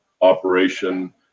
operation